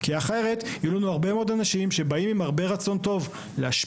כי אחרת יהיו לנו הרבה מאוד אנשים שבאים עם הרבה רצון טוב להשפיע,